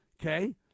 okay